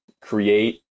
create